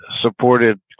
supported